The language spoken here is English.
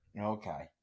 okay